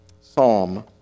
Psalm